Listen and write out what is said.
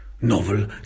novel